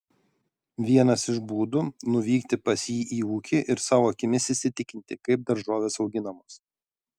vienas iš būdų nuvykti pas jį į ūkį ir savo akimis įsitikinti kaip daržovės auginamos